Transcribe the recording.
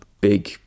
big